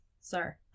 sir